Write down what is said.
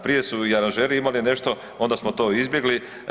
Prije su i aranžeri imali nešto onda smo to izbjegli.